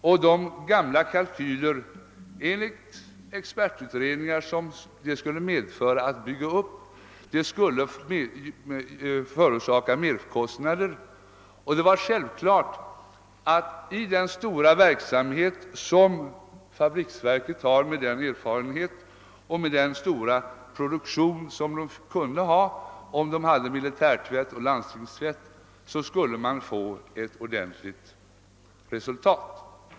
Enligt kalkyler gjorda på grundval av tidigare expertutredningar skulle det innebära merkostnader att bygga upp dem. Det var självklart att man kunde få ett bättre resultat genom den stora omfattning som fabriksverkens verksamhet har, en stor produktion med militärtvätt och landstingstvätt, och genom fabriksverkens erfarenhet.